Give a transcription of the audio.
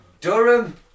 Durham